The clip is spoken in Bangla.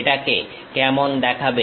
এটাকে কেমন দেখাবে